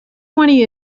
twenty